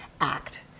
act